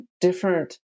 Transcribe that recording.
different